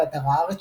באתר הארץ,